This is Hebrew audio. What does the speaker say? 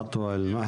עטוה אלמחדי,